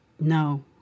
No